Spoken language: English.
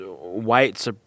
white